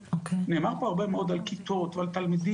בצבא שוויץ או בצבאות שאין להם סטרס בכלל.